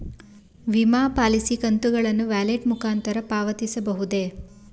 ವಿಮಾ ಪಾಲಿಸಿ ಕಂತುಗಳನ್ನು ವ್ಯಾಲೆಟ್ ಮುಖಾಂತರ ಪಾವತಿಸಬಹುದೇ?